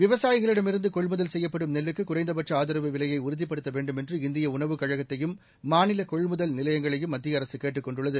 விவசாயிகளிடமிருந்து கொள்முதல் செய்யப்படும் நெல்லுக்கு குறைந்தபட்ச ஆதரவு விலையை உறுதிப்படுத்த வேண்டும் என்று இந்திய உணவுக் கழகத்தையும் மாநில கொள்முதல் நிலையங்களையும் மத்திய அரசு கேட்டுக் கொண்டுள்ளது